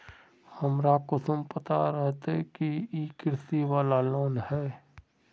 हमरा कुंसम पता रहते की इ कृषि वाला लोन है?